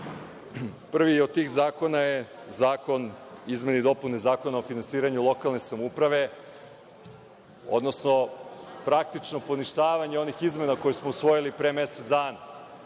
od tih zakona je Zakon o izmeni i dopuni Zakona o finansiranju lokalne samouprave, odnosno, praktično poništavanje onih izmena koje smo usvojili pre mesec dana